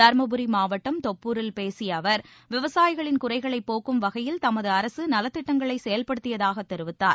தரும்புரி மாவட்டம் தொப்பூரில் பேசிய அவர் விவசாயிகளின் குறைகளை போக்கும் வகையில் தமது அரசு நலத்திட்டங்களை செயல்படுத்தியதாக தெரிவித்தார்